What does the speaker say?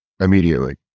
immediately